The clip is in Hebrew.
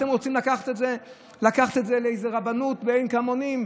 אתם רוצים לקחת את זה לאיזו רבנות מעין כמונים,